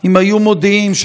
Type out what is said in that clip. לא, הם שואלים.